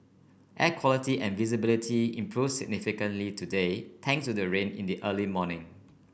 air quality and visibility improve significantly today thanks to the rain in the early morning